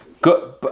Good